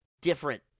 different